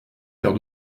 faire